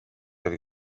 oli